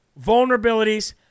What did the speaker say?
vulnerabilities